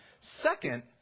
Second